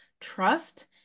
trust